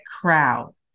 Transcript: crowd